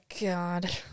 God